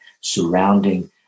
surrounding